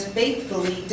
faithfully